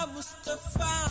Mustafa